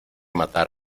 matar